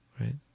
Right